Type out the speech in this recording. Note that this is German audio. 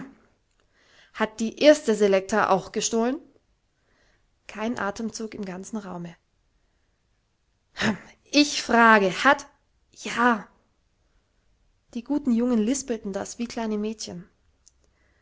hat die erste selekta auch gestohlen kein athemzug im ganzen raume rhm ich frage hat ja die guten jungen lispelten das wie kleine mädchen